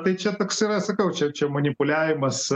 tai čia toks yra sakau čia čia manipuliavimas